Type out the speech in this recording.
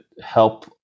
help